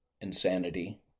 insanity